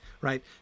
right